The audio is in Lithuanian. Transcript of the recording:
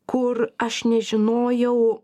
kur aš nežinojau